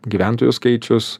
gyventojų skaičius